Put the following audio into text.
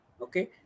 okay